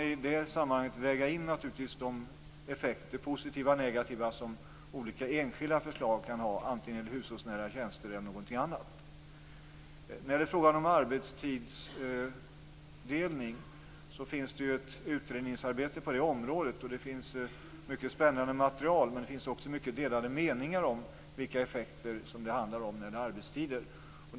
I det sammanhanget får man väga in positiva och negativa effekter av olika enskilda förslag, antingen det gäller hushållsnära tjänster eller någonting annat. När det gäller arbetsdelning bedrivs ett utredningsarbete. Det finns mycket spännande material. Men det finns också delade meningar om vilka effekter arbetsdelning kan ge när det gäller arbetstider.